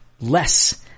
less